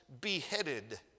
beheaded